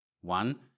One